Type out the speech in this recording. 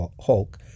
Hulk